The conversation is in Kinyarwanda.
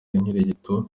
inkirigito